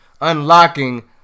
Unlocking